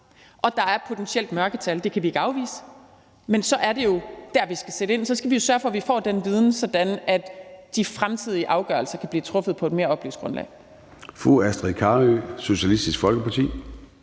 at der er et potentielt mørketal, og at det kan vi ikke afvise. Men så er det jo der, vi skal sætte ind. Så skal vi jo sørge for, at vi får den viden, sådan at de fremtidige afgørelser kan blive truffet på et mere oplyst grundlag.